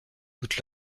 toute